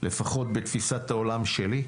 לפחות בתפיסת העולם שלי,